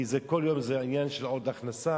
כי זה כל יום עניין של עוד הכנסה.